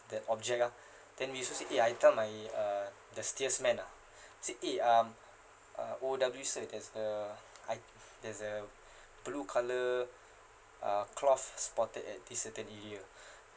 that object ah then we also said eh I tell my uh the steersman ah said eh um uh O_W sir there's a there's a blue colour uh cloth spotted at this certain area